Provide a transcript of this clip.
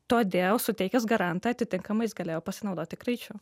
todėl suteikęs garantą atitinkamai jis galėjo pasinaudoti kraičiu